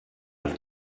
off